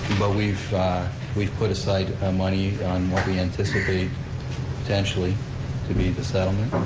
but we've we've put aside money on what we anticipate potentially to be the settlement.